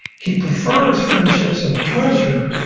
he prefers friendships of pleasure,